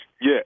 Yes